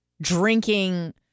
drinking